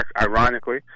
ironically